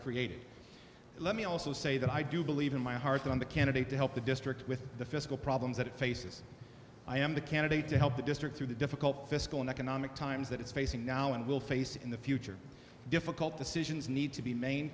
created let me also say that i do believe in my heart on the candidate to help the district with the fiscal problems that it faces i am the candidate to help the district through the difficult fiscal and economic times that it's facing now and we'll face in the future difficult decisions need to be main